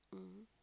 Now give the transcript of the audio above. mm